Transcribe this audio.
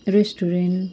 restaurant